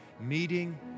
meeting